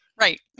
Right